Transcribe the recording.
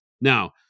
Now